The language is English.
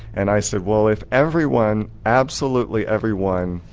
and i said well if everyone, absolutely everyone,